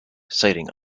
citing